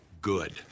good